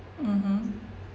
mmhmm